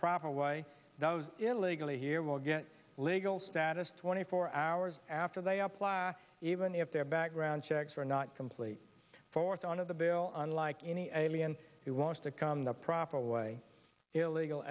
proper way illegally here will get legal status twenty four hours after they apply even if their background checks are not complete forth on of the bill unlike any alien who wants to come the proper way illegal